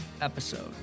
episode